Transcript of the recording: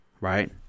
right